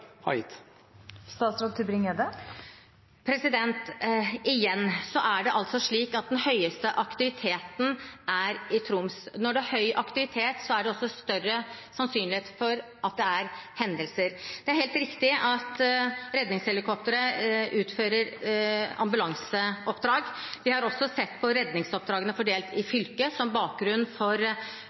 Troms. Når det er høy aktivitet, er det også større sannsynlighet for at det er hendelser. Det er helt riktig at redningshelikoptre utfører ambulanseoppdrag. Vi har også sett på redningsoppdragene fordelt i fylket som bakgrunn for